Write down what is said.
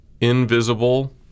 invisible